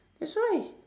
that's why